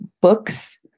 books